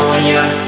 California